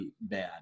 bad